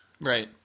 Right